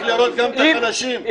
צריך לראות גם את החלשים.